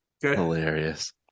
Hilarious